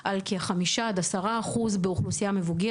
היינו ב-85,000 מקרים בשיא גל האומיקרון.